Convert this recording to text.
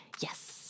Yes